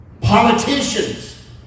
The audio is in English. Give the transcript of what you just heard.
politicians